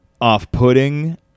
off-putting